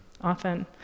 often